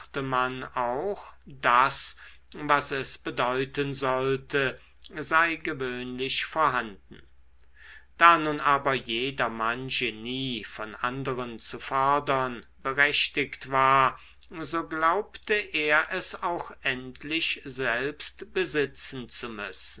auch das was es bedeuten sollte sei gewöhnlich vorhanden da nun aber jedermann genie von anderen zu fordern berechtigt war so glaubte er es auch endlich selbst besitzen zu müssen